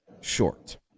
short